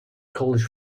college